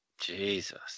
jesus